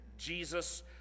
Jesus